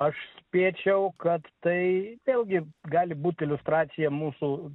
aš spėčiau kad tai vėlgi gali būt iliustracija mūsų